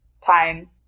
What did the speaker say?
time